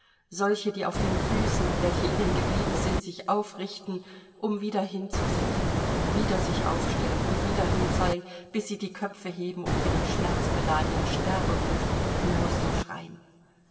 solche die auf den füßen welche ihnen geblieben sind sich aufrichten um wieder hinzusinken wieder sich aufstellen und wieder hinfallen bis sie die köpfe heben um ihren schmerzbeladenen sterberuf hinauszuschreien